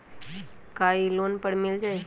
का इ लोन पर मिल जाइ?